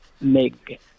make